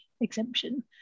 exemption